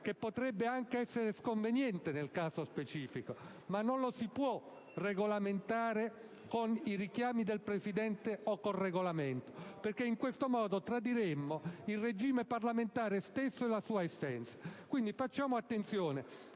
che potrebbe anche essere sconveniente nel caso specifico, ma non lo si può regolamentare con i richiami del Presidente o con il Regolamento. In questo modo, infatti, tradiremmo il regime parlamentare stesso e la sua essenza. Quindi, facciamo attenzione